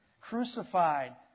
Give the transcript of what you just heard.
Crucified